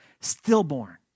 stillborn